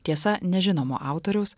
tiesa nežinomo autoriaus